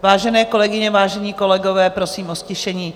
Vážené kolegyně, vážení kolegové, prosím o ztišení.